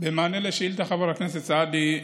במענה על השאילתה, חבר הכנסת סעדי,